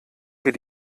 wir